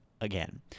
again